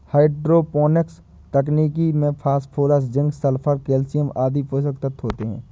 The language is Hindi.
हाइड्रोपोनिक्स तकनीक में फास्फोरस, जिंक, सल्फर, कैल्शयम आदि पोषक तत्व होते है